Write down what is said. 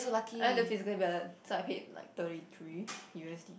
I went to physically ballot so I paid like thirty three U_S_D